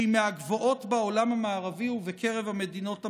שהיא מהגבוהות בעולם המערבי ובקרב המדינות המפותחות.